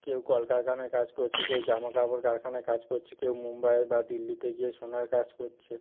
কেউ কলকারখানার কাজ করছে কেউ জামা কাপড় কারখানায় কাজ করছে কেউ মুম্বাই বা দিল্লিতে গিয়ে সোনার কাজ করছে